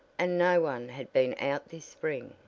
and no one had been out this spring.